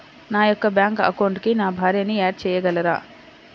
నా యొక్క బ్యాంక్ అకౌంట్కి నా భార్యని యాడ్ చేయగలరా?